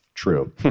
true